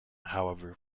however